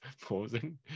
pausing